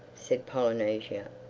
said polynesia,